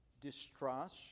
distrust